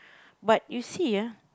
but you see ah